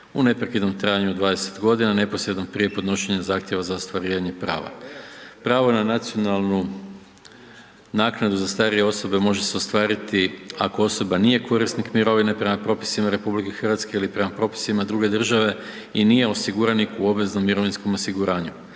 u neprekidnom trajanju od 20 g. neposredno prije podnošenja zahtjeva za ostvarivanje prava. Pravo na nacionalnu naknadu za starije osobe može se ostvariti ako osoba nije korisnik mirovine prema propisima RH ili prema propisima druge države i nije osiguranik u obveznom mirovinskom osiguranju,